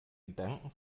gedanken